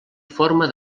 forma